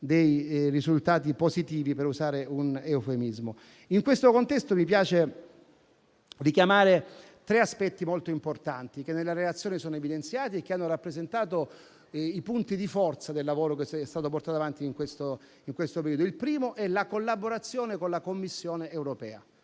dei risultati positivi, per usare un eufemismo. In questo contesto mi piace richiamare tre aspetti molto importanti che nella relazione sono evidenziati e che hanno rappresentato i punti di forza del lavoro che è stato portato avanti in questo periodo. Il primo è la collaborazione con la Commissione europea.